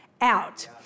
out